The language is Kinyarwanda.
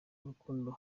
urukundo